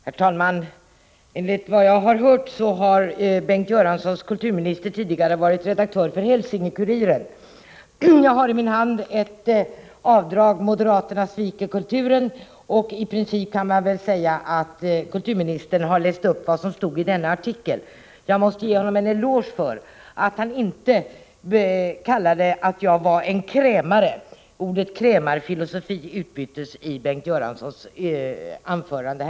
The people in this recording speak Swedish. Herr talman! Enligt vad jag har hört har Bengt Göranssons informationssekreterare tidigare varit redaktör för HälsingeKuriren. Jag har i min hand ett avdrag där det står: ”Moderaterna sviker kulturen.” Man kan väl säga att kulturministern i princip har läst upp vad som stod i artikeln. Jag måste ge honom en eloge för att han inte sade att jag var en krämare. Ordet krämarfilosofi utbyttes i Bengt Göranssons anförande.